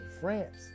France